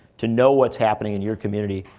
to know what's happening in your community,